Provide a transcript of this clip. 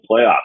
playoffs